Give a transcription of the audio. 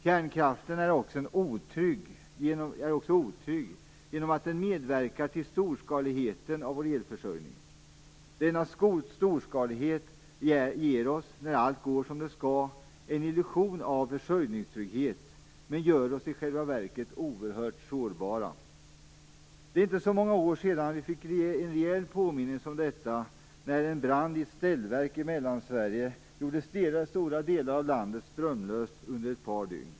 Kärnkraften är också ett otyg genom att den medverkar till storskaligheten av vår elförsörjning. Denna storskalighet ger oss när allt går som det skall en illusion av försörjningstrygghet men gör oss i själva verket oerhört sårbara. Det är inte så många år sedan vi fick en rejäl påminnelse om detta när en brand i ett ställverk i Mellansverige gjorde stora delar av landet strömlöst under ett par dygn.